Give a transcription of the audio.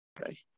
Okay